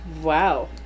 wow